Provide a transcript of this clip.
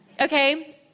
okay